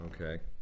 Okay